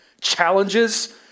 challenges